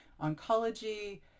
oncology